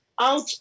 out